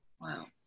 Wow